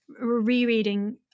rereading